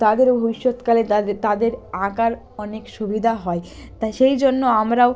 তাদেরও ভবিষ্যৎকালে তাদের তাদের আঁকার অনেক সুবিধা হয় তাই সেই জন্য আমরাও